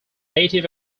native